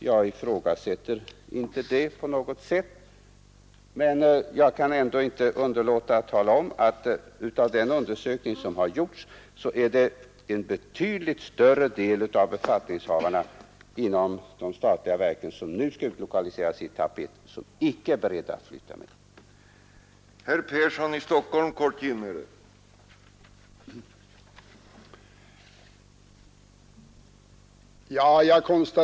Jag ifrågasätter inte det på något sätt, men jag kan ändå inte underlåta att tala om att enligt en undersökning som gjorts är en mycket stor del av befattningshavarna inom de statliga verk som nu skall utlokaliseras i etapp 1 icke beredda att flytta med till den nya platsen.